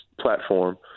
platform